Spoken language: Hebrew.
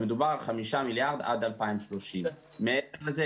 מדובר על 5 מיליארד עד 2030. מעבר לזה,